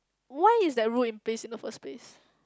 why is that rules in the basic in the first place